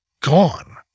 gone